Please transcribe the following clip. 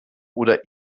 oder